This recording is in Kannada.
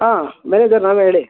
ಹಾಂ ಮ್ಯಾನೇಜರ್ ನಾವೇ ಹೇಳಿ